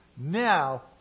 Now